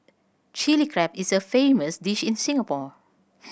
Chilli Crab is a famous dish in Singapore